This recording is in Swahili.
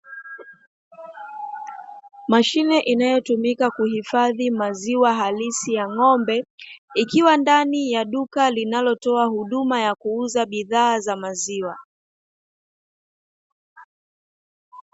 Mashine inayotumika kuhifadhi maziwa halisi ya ng'ombe, ikiwa katika duka linalotoa huduma ya kuuza bidhaa za maziwa.